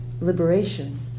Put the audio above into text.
liberation